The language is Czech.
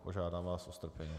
Požádám vás o strpení.